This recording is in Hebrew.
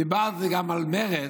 דיברתי גם על מרצ,